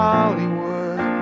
Hollywood